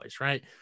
right